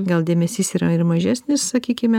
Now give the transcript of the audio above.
gal dėmesys yra ir mažesnis sakykime